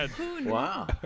Wow